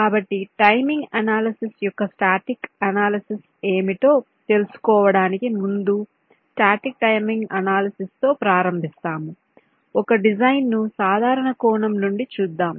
కాబట్టి timing analysis యొక్క static analysis ఏమిటో తెలుసుకోవడానికి ముందు స్టాటిక్ టైమింగ్ అనాలిసిస్తో ప్రారంభిస్తాము ఒక డిజైన్ ను సాధారణ కోణం నుండి చూద్దాం